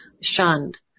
shunned